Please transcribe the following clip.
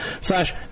slash